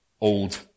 old